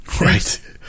Right